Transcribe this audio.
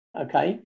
Okay